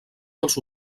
dels